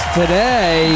today